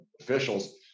officials